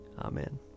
Amen